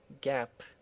gap